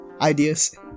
ideas